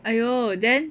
!aiyo! then